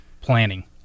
planning